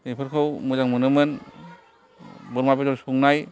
बेफोरखौ मोजां मोनोमोन बोरमा बेदर संनाय